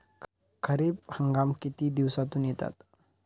खरीप हंगाम किती दिवसातून येतात?